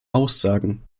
aussagen